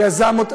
למה,